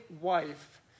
wife